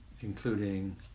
including